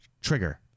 trigger